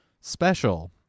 special